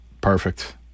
Perfect